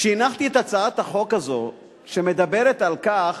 כשהנחתי את הצעת החוק הזו, שמדברת על כך